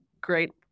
great